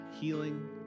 healing